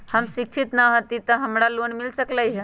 हम शिक्षित न हाति तयो हमरा लोन मिल सकलई ह?